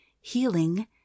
healing